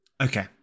Okay